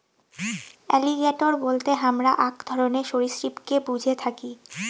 alligator বলতে হামরা আক ধরণের সরীসৃপকে বুঝে থাকি